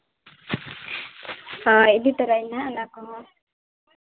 ᱥᱟᱶᱨᱮ ᱤᱫᱤ ᱛᱚᱨᱟᱭᱟᱹᱧ ᱦᱟᱸᱜ ᱚᱱᱟ ᱠᱚᱦᱚᱸ